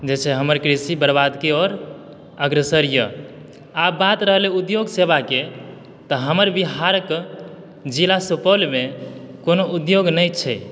जे छै हमर कृषि बरबाद के ओर अग्रसर यऽ आब बात रहलै उद्योग सेवा के तऽ हमर बिहारक जिला सुपौलमे कोनो उद्योग नहि छै